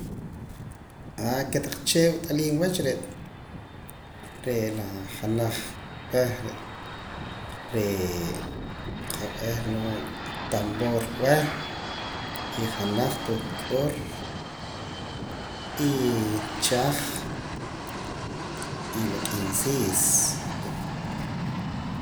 kotaq chee' wat'aliim wach re' re' la janaj b'eh re' qa'b'eh loo' tambor b'eh y janaj tuhkuur y chaj y la k'insiis